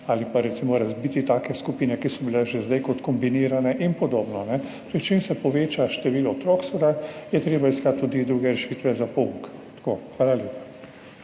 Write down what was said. recimo razbiti take skupine, ki so bile že zdaj kot kombinirane in podobno. Torej, čim se poveča število otrok, je seveda treba iskati tudi druge rešitve za pouk. Hvala lepa.